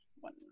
one